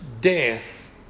death